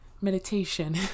meditation